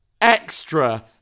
extra